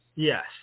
Yes